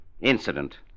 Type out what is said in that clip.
incident